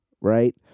right